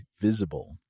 Visible